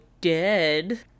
dead